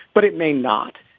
but it may not.